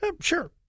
Sure